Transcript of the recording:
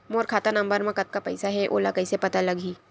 मोर खाता नंबर मा कतका पईसा हे ओला कइसे पता लगी?